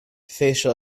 facial